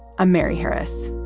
i'm mary harris.